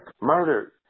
murdered